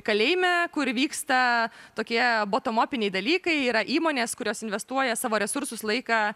kalėjime kur vyksta tokie botomopiniai dalykai yra įmonės kurios investuoja savo resursus laiką